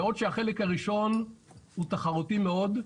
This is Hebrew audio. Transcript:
בעוד שהחלק הראשון הוא תחרותי מאוד,